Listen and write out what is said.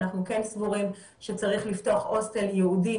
אנחנו כן סבורים שצריך לפתוח הוסטל ייעודי